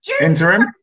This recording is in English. Interim